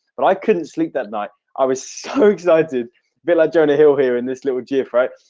but i couldn't sleep that night i was so excited villa jonah hill here in this little gear fright.